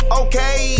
okay